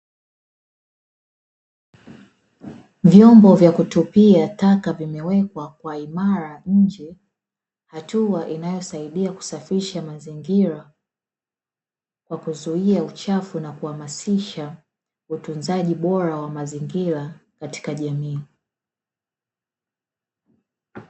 Vyombo vya kutupia taka vimewekwa kwa imara nje hatua inayosaidia kusafisha mazingira, kwa ajiri ya uchafu na kuhamasisha watu utunzaji bora wa mazingira katika jamii.